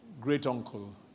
great-uncle